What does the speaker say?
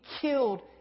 killed